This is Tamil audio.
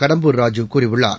கடம்பூர் ராஜூ கூறியுள்ளார்